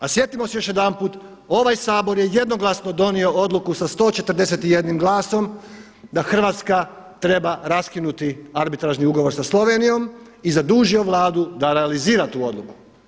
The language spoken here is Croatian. A sjetimo se još jedanput, ovaj Sabor je jednoglasno donio odluku sa 141 glasom da Hrvatska treba raskinuti arbitražni ugovor sa Slovenijom i zadužio Vladu da realizira tu odluku.